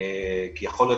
יכול להיות